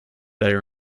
they